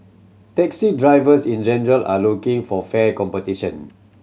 taxi drivers in general are looking for fair competition